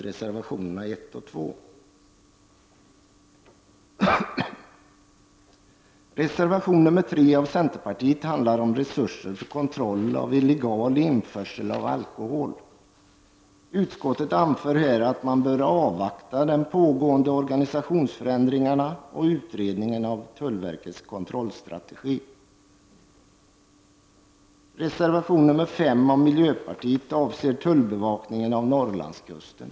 Reservation nr 3 av centerpartiet handlar om resurser för kontroll av illegal införsel av alkohol. Utskottet anför på denna punkt att man bör avvakta de pågående organisationsförändringarna och utredningen om tullverkets kontrollstrategi. Reservation nr 5 av miljöpartiet avser tullbevakningen av Norrlandskusten.